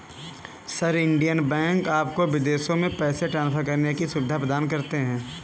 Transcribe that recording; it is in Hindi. सर, इन्डियन बैंक्स आपको विदेशों में पैसे ट्रान्सफर करने की सुविधा प्रदान करते हैं